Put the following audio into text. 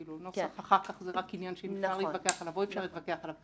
נוסח זה רק עניין אם אפשר להתווכח עליו או אי אפשר להתווכח עליו.